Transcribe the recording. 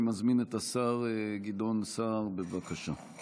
אני מזמין את השר גדעון סער, בבקשה.